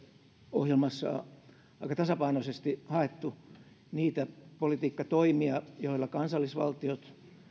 ohjelmassa aika tasapainoisesti on haettu niitä politiikkatoimia joilla kansallisvaltiot